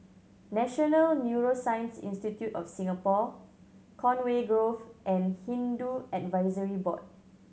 National Neuroscience Institute of Singapore Conway Grove and Hindu Advisory Board